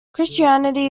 christianity